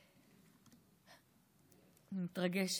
אני מתרגשת: